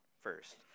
first